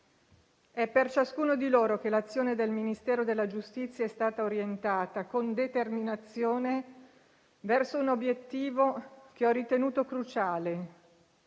È per ciascuno di loro che l'azione del Ministero della giustizia è stata orientata con determinazione verso un obiettivo che ho ritenuto cruciale: